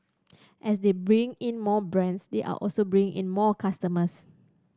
as they bring in more brands they are also bringing in more customers